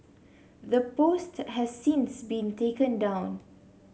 the post has since been taken down